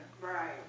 Right